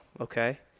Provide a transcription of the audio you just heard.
okay